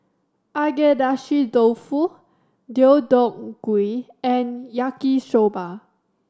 Agedashi Dofu Deodeok Gui and Yaki Soba